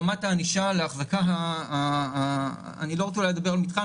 רמת הענישה להחזקה אני לא רוצה לדבר על מתחם